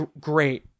great